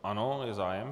Ano, je zájem.